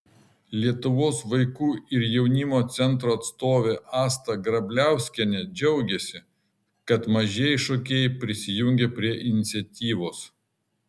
lietuvos vaikų ir jaunimo centro atstovė asta grabliauskienė džiaugėsi kad mažieji šokėjai prisijungė prie iniciatyvos